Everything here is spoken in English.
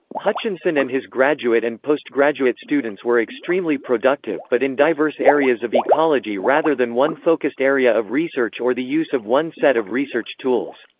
hutchinson and his graduate and postgraduate students were extremely productive, but in diverse areas of ecology rather than one focused area of research or the use of one set of research tools.